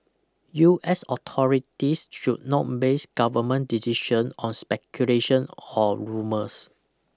U S authorities should not base government decision on speculation or rumours